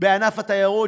בענף התיירות,